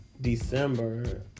December